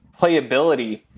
playability